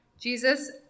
Jesus